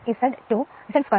അതിനാൽ ഇത് 0